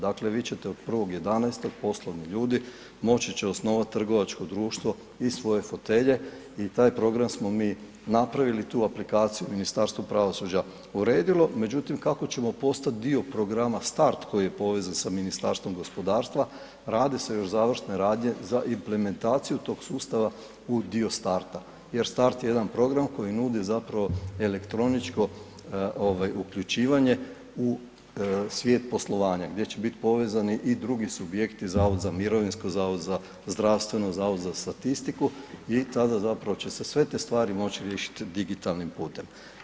Dakle, vi ćete od 1. 11. poslovni ljudi moći će osnovati trgovačko društvo iz svoje fotelje i taj program smo mi napravili, tu aplikaciju Ministarstvo pravosuđa uredilo, međutim kako ćemo postati dio Programa Start koji je povezan sa Ministarstvom gospodarstva rade se još završne radnje za implementaciju tog sustava u dio Starta, jer Start je jedan program koji nudi zapravo elektroničko ovaj uključivanje u svijet poslovanja gdje će biti povezani i drugi subjekti Zavod za mirovinsko, Zavod za zdravstveno, Zavod za statistiku i tada zapravo će se sve te stvari moći riješiti digitalnim putem.